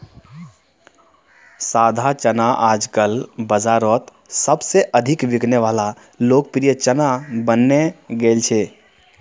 सादा चना आजकल बाजारोत सबसे अधिक बिकने वला लोकप्रिय चना बनने गेल छे